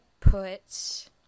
put